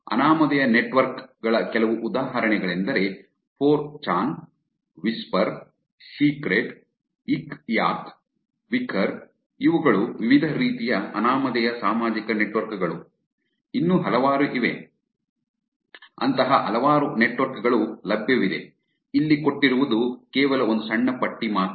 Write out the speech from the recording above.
ಅನಾಮಧೇಯ ನೆಟ್ವರ್ಕ್ ಗಳ ಕೆಲವು ಉದಾಹರಣೆಗಳೆಂದರೆ 4ಚಾನ್ Whisper Secret Yik Yak Wickr ಇವುಗಳು ವಿವಿಧ ರೀತಿಯ ಅನಾಮಧೇಯ ಸಾಮಾಜಿಕ ನೆಟ್ವರ್ಕ್ ಗಳು ಇನ್ನು ಹಲವಾರು ಇವೆ ಅಂತಹ ಹಲವಾರು ನೆಟ್ವರ್ಕ್ ಗಳು ಲಭ್ಯವಿದೆ ಇಲ್ಲಿ ಕೊಟ್ಟಿರುವುದು ಕೇವಲ ಒಂದು ಸಣ್ಣ ಪಟ್ಟಿ ಮಾತ್ರ